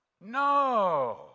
No